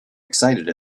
excited